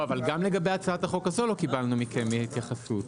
אבל גם לגבי הצעת החוק הזו לא קיבלנו מכם התייחסות.